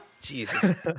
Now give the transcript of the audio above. Jesus